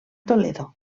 toledo